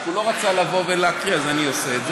רק הוא לא רצה לבוא ולהקריא, אז אני עושה את זה.